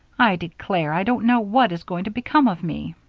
i declare, i don't know what is going to become of me.